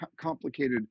complicated